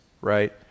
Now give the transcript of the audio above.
right